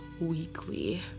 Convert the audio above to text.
weekly